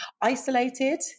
isolated